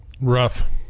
rough